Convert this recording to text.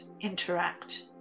interact